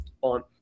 on